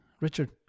Richard